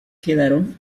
quedaron